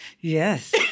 Yes